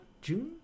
June